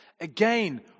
Again